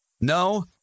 No